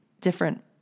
different